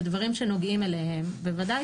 בדברים שנוגעים אליהם, בוודאי.